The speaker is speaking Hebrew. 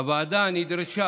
הוועדה נדרשה